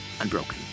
unbroken